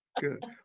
good